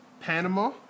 Panama